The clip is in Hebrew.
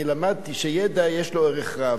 אני למדתי שידע, יש לו ערך רב.